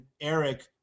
Eric